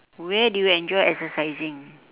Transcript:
where do you enjoy exercising